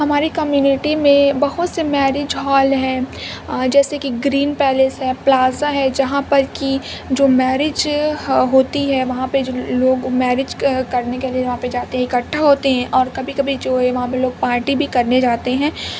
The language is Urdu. ہماری کمیونٹی میں بہت سے میرج ہال ہیں جیسے کہ گرین پیلس ہے پلازا ہے جہاں پر کہ جو میرج ہو ہوتی ہے وہاں پہ جو لوگ میرج کرنے کے لیے وہاں پہ جاتے ہیں اکٹھا ہوتے ہیں اور کبھی کبھی جو ہے وہاں پہ لوگ پارٹی بھی کرنے جاتے ہیں